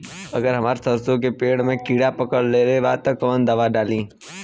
अगर हमार सरसो के पेड़ में किड़ा पकड़ ले ता तऽ कवन दावा डालि?